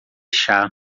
chá